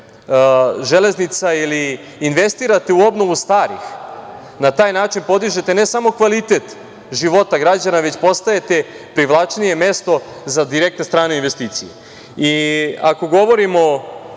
železnica ili investirate u obnovu starih, na taj način podižete ne samo kvalitet života građana, već postajete privlačnije mesto za direktne strane investicije. Ako govorimo